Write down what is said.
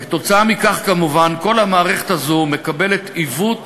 וכתוצאה מכך כמובן כל המערכת הזו מקבלת עיוות